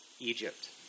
Egypt